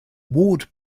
ward